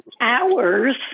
hours